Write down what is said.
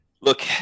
look